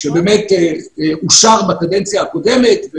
שאושר בקדנציה הקודמת,